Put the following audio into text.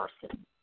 person